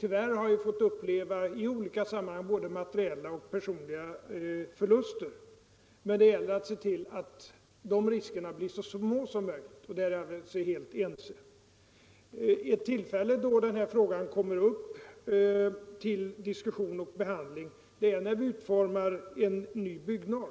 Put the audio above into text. Tyvärr har vi i olika sammanhang fått uppleva både materiella och personella förluster, men det gäller att se till att de riskerna blir så små som möjligt. Därom är vi helt ense. Ett tillfälle då den här frågan kommer upp till diskussion och behandling är när vi utformar en ny byggnorm.